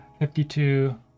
52